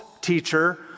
teacher